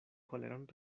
koleran